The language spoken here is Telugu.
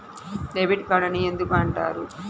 డెబిట్ కార్డు అని ఎందుకు అంటారు?